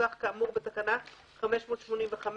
הרי הוא לא זה שמבצע.